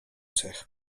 cech